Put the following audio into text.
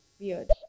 Weird